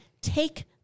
take